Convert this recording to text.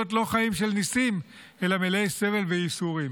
לא חיים של ניסים אלא חיים מלאי סבל וייסורים.